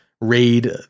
raid